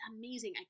amazing